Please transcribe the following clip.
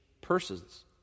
persons